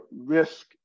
risk